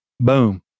Boom